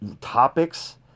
topics